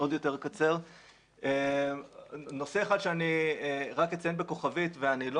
נושא אחד שאני אציין ככוכבית ואני לא